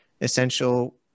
essential